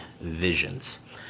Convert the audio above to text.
visions